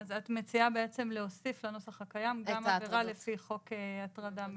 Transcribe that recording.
אז את מציעה בעצם להוסיף לנוסח הקיים גם את עבירה לפי חוק הטרדה מינית.